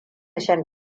shan